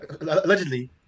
allegedly